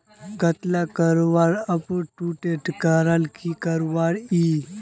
कतला लगवार अपटूडेट करले की करवा ई?